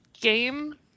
game